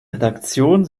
redaktion